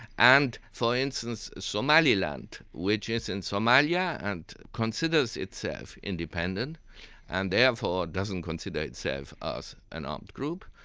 and, for instance, somaliland, which is in somalia and considers itself independent and therefore doesn't consider itself as an armed group,